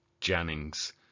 jennings